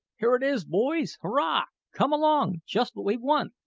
here it is, boys hurrah! come along! just what we want!